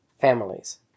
families